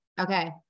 Okay